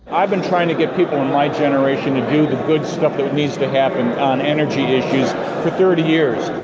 i've been trying to get people in my generation to do the good stuff that needs to happen on energy issues for thirty years.